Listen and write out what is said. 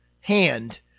hand